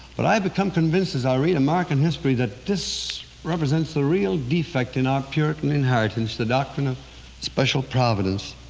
but i've become convinced as i read american history that this represents the real defect in our puritan inheritance the doctrine of special providence.